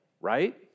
right